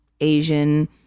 Asian